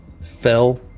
fell